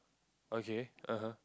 okay (uh huh)